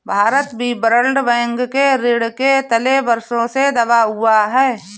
भारत भी world bank के ऋण के तले वर्षों से दबा हुआ है